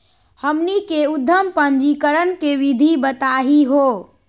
हमनी के उद्यम पंजीकरण के विधि बताही हो?